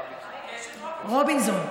רובינסון.